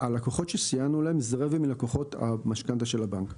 הלקוחות שסייענו להם זה רבע מלקוחות המשכנתא של הבנק.